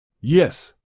Yes